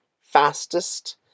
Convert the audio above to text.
fastest